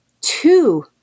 two